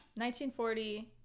1940